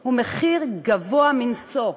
הוא מחיר גבוה מנשוא.